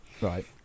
Right